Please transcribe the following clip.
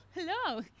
Hello